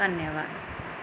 ਧੰਨਵਾਦ